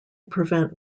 prevent